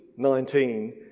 19